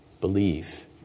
believe